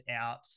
out